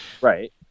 right